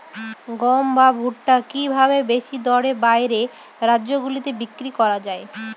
গম বা ভুট্ট কি ভাবে বেশি দরে বাইরের রাজ্যগুলিতে বিক্রয় করা য়ায়?